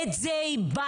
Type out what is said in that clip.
את זה איבדנו.